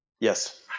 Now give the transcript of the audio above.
Yes